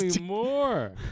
more